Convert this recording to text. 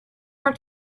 more